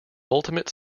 ultimate